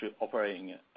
operating